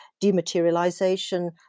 dematerialization